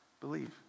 Believe